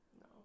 No